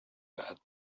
bad